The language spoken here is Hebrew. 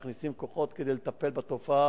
מכניסים כוחות כדי לטפל בתופעה,